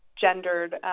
gendered